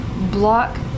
block